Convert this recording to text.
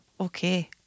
okay